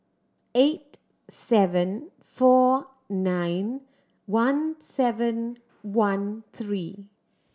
eight seven four nine one seven one three